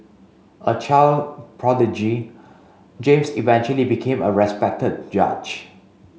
a child prodigy James eventually became a respected judge